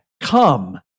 come